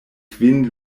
kvin